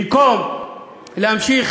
במקום להמשיך